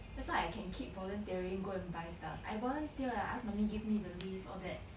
that's why I can keep volunteering go and buy stuff I volunteer I ask me give me the list all that